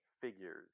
figures